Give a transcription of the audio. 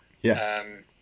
Yes